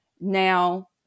Now